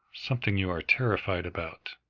something you are terrified about,